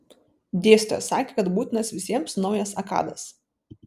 dėstytojas sakė kad būtinas visiems naujas akadas